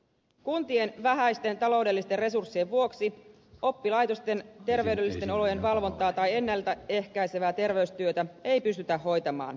kuntien vähäisten taloudellisten resurssien vuoksi oppilaitosten terveydellisten olojen valvontaa tai ennalta ehkäisevää terveystyötä ei pystytä hoitamaan